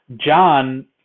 John